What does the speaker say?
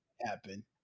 happen